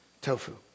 tofu